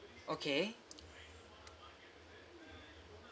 okay